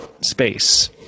space